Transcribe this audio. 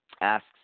asks